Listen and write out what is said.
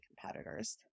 competitors